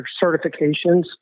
certifications